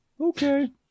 Okay